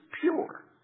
pure